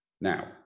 Now